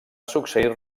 succeir